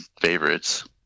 favorites